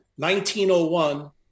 1901